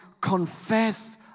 confess